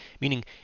meaning